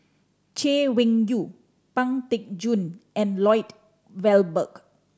Chay Weng Yew Pang Teck Joon and Lloyd Valberg